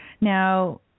Now